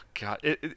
God